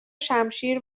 شمشیر